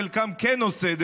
חלקם כן עושה,